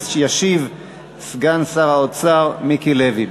ישיב סגן שר האוצר מיקי לוי.